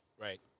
Right